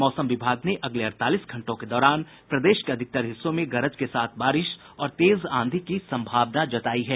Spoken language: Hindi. मौसम विभाग ने अगले अड़तालीस घंटों के दौरान प्रदेश के अधिकतर हिस्सों में गरज के साथ बारिश और तेज आंधी की संभावना जतायी है